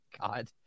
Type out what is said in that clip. God